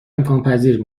امکانپذیر